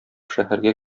шәһәргә